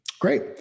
Great